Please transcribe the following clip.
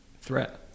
threat